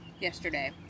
yesterday